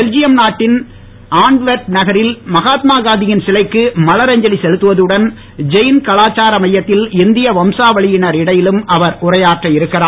Belgium நாட்டின் Antwerp நகரில் மகாத்மா காந்தியின் சிலைக்கு மலரஞ்சலி செலுத்துவதுடன் ஜெயின் கலாச்சார மையத்தில் இந்திய வம்சாவளியினர் இடையிலும் அவர் உரையாற்ற இருக்கிறார்